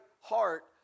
heart